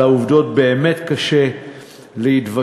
על העובדות באמת קשה להתווכח.